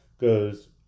goes